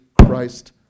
Christ